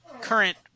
current